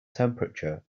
temperature